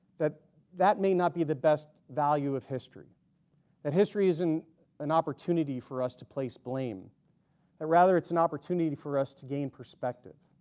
that that may not be the best value of history that history isn't an opportunity for us to place blame that rather it's an opportunity for us to gain perspective.